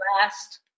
last